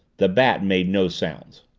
the bat made no sound.